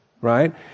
Right